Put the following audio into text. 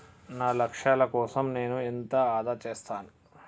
నా లక్ష్యాల కోసం నేను ఎంత ఆదా చేస్తాను?